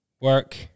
work